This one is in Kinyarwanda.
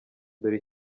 dore